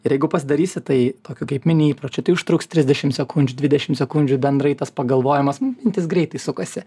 ir jeigu pasidarysi tai tokiu kaip mini įpročiu tai užtruks trisdešim sekundžių dvidešim sekundžių bendrai tas pagalvojimas m mintys greitai sukasi